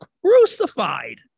crucified